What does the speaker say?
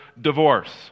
divorce